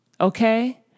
okay